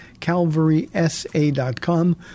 calvarysa.com